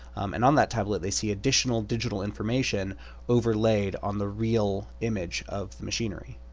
and on that tablet, they see additional digital information overlaid on the real image of the machinery.